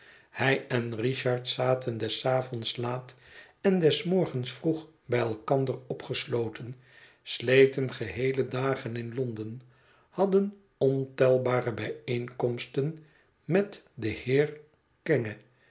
hij en richard zaten des avonds laat en des morgens vroeg bij elkander opgesloten sleten geheele dagen in londen hadden ontelbare bijeenkomsten met den heer kenge